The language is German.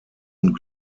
und